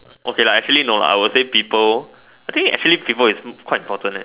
okay lah actually no lah I would say people I think actually people is quite fortunate